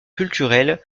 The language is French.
culturelle